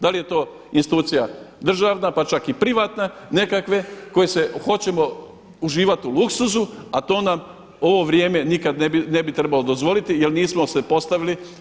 Da li je to institucija državna pa čak i privatna nekakve koje se hoćemo uživati u luksuzu, a to nam ovo vrijeme nikad ne bi trebalo dozvoliti jel nismo se postavili.